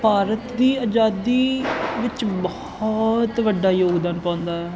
ਭਾਰਤ ਦੀ ਆਜ਼ਾਦੀ ਵਿੱਚ ਬਹੁਤ ਵੱਡਾ ਯੋਗਦਾਨ ਪਾਉਂਦਾ ਹੈ